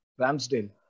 Ramsdale